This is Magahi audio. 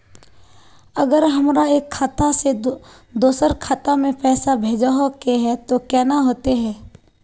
अगर हमरा एक खाता से दोसर खाता में पैसा भेजोहो के है तो केना होते है?